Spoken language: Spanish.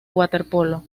waterpolo